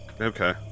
Okay